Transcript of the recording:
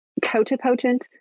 totipotent